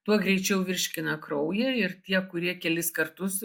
tuo greičiau virškina kraują ir tie kurie kelis kartus